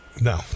No